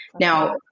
Now